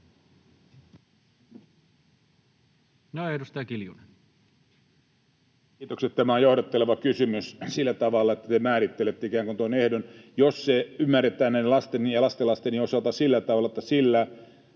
Kiitokset. Tämä on johdatteleva kysymys sillä tavalla, että te määrittelette ikään kuin tuon ehdon. Jos se ymmärretään näin lasteni ja lastenlasteni osalta sillä tavalla, että sillä